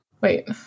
wait